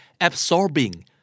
Absorbing